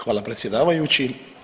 Hvala predsjedavajući.